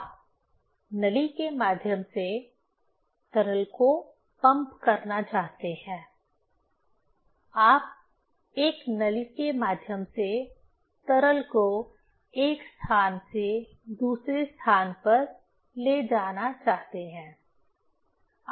आप नली के माध्यम से तरल को पंप करना चाहते हैं आप एक नली के माध्यम से तरल को एक स्थान से दूसरे स्थान पर ले जाना चाहते हैं